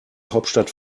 hauptstadt